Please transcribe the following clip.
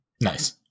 Nice